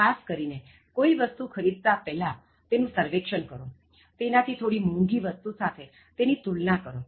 ખાસ કરીને કોઇ વસ્તુ ખરીદતા પહેલાં તેનું સર્વેક્ષણ કરો તેનાથી થોડી મોંઘી વસ્તુ સાથે તેની તુલના કરો